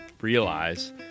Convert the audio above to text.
realize